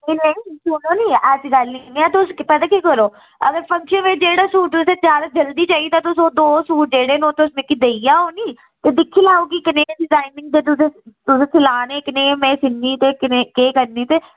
ऐसी गल्ल निं ऐ तुस पता ते करो अगर फंक्शन बिच जेह्ड़ा सूट तुसें जैदा जल्दी चाहिदा तुस ओह् दो सूट जेह्ड़े न ओह् तुस मिकी देई जाओ निं ते दिक्खी लैओ कि कनेह् डिजाइनिंग दे तुसें सलाने कनेह् में सीन्नी ते कनेह् केह् करनी ते